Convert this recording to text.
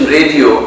Radio